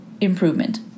improvement